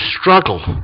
struggle